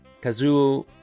Kazuo